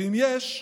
ואם יש,